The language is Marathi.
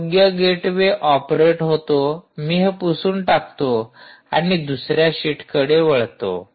योग्य गेटवे ऑपरेट होतो मी हे पुसून टाकतो आणि दुसऱ्या शिटकडे वळतो